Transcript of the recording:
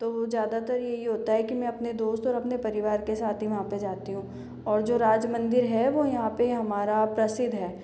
तो ज़्यादातर यही होता है कि मैं अपने दोस्त और अपने परिवार के साथ ही वहाँ पर जाती हूँ और जो राज मंदिर है वह यहाँ पर हमारा प्रसिद्ध है